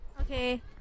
Okay